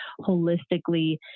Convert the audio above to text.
holistically